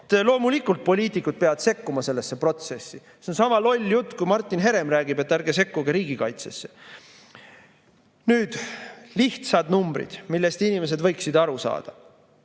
Loomulikult poliitikud peavad sekkuma sellesse protsessi! See on sama loll jutt nagu see, kui Martin Herem räägib, et ärge sekkuge riigikaitsesse. Nüüd lihtsad numbrid, millest inimesed võiksid aru saada.